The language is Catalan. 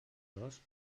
dos